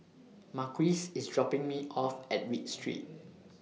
Marquise IS dropping Me off At Read Street